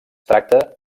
tracta